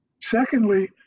Secondly